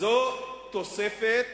זו תוספת